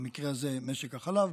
במקרה הזה משק החלב,